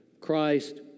Christ